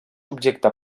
objecte